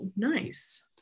Nice